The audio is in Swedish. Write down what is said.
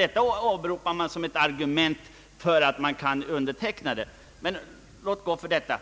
Detta åberopar utskottet som ett argument för att acceptera avtalet. Låt gå för det.